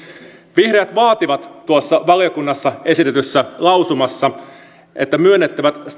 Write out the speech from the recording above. vihreät vaativat tuossa valiokunnassa esitetyssä lausumassa että myönnettävät